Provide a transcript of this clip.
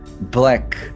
black